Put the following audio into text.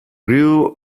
grew